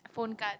phone card